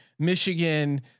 Michigan